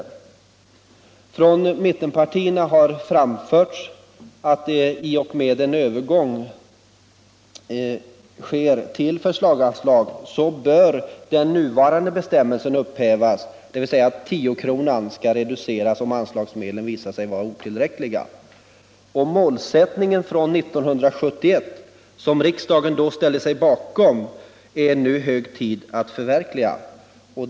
Från mittenpartierna har uttalats att i och med att en övergång sker till förslagsanslag bör den nuvarande bestämmelsen upphävas, dvs. att tiokronan skall reduceras om anslagsmedlen visar sig otillräckliga. Den målsättning som riksdagen 1971 ställde sig bakom är det nu hög tid att förverkliga.